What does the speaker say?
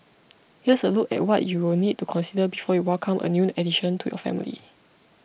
here's a look at what you will need to consider before you welcome a new addition to your family